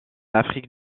afrique